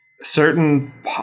certain